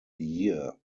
year